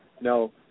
No